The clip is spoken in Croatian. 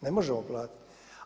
Ne možemo platiti.